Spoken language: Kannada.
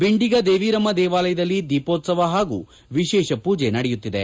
ಬಿಂಡಿಗ ದೇವಿರಮ್ಮ ದೇವಾಲಯದಲ್ಲಿ ದೀಪೋತ್ಸವ ಹಾಗು ವಿಶೇಷ ಪೂಜೆ ನಡೆಯುತ್ತಿದೆ